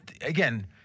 again